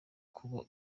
kuba